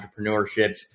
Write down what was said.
entrepreneurships